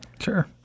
Sure